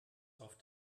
auf